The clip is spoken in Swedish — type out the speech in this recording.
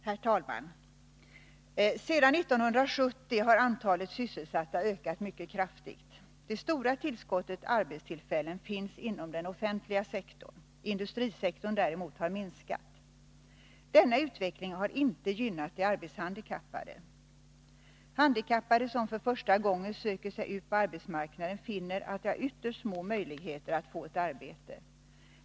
Herr talman! Sedan 1970 har antalet sysselsatta ökat mycket kraftigt. Det stora tillskottet arbetstillfällen finns inom den offentliga sektorn. Industrisektorn har däremot minskat. Denna utveckling har inte gynnat de arbetshandikappade. Handikappade som för första gången söker sig ut på arbetsmarknaden finner att de har ytterst små möjligheter att få ett arbete.